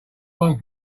one